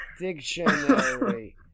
dictionary